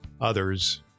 others